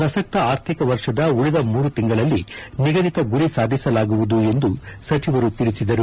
ಪ್ರಸಕ್ತ ಆರ್ಥಿಕ ವರ್ಷದ ಉಳಿದ ಮೂರು ತಿಂಗಳಲ್ಲಿ ನಿಗದಿತ ಗುರಿ ಸಾಧಿಸಲಾಗುವುದು ಎಂದು ಸಚಿವರು ತಿಳಿಸಿದರು